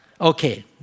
Okay